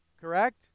Correct